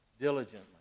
diligently